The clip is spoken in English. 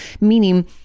Meaning